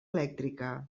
elèctrica